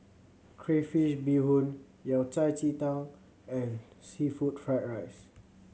crayfish beehoon Yao Cai ji tang and seafood fried rice